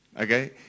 Okay